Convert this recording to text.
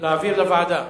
להעביר לוועדה.